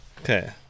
Okay